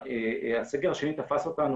הסגר השני תפס אותנו,